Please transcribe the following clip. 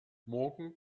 morgen